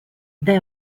they